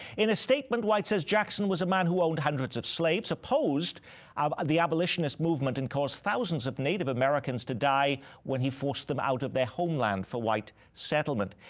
in a statement he says jackson was a man who owned hundreds of slaves opposed of the abolitionist movement and caused thousands of native americans to die when he forced them out of their homeland for white settlement.